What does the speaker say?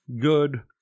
good